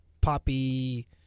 poppy